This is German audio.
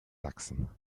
sachsen